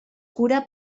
cura